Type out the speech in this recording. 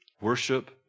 worship